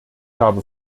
habe